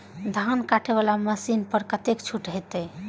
धान कटे वाला मशीन पर कतेक छूट होते?